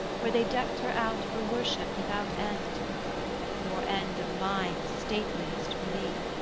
where they decked her out for worship without end nor end of mine, stateliest, for thee!